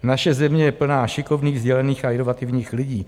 Naše země je plná šikovných, dělných a inovativních lidí.